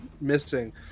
missing